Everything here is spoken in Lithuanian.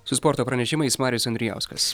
su sporto pranešimais marius andrijauskas